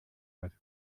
but